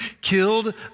killed